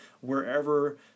wherever